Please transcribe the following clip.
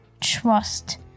trust